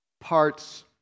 parts